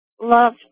love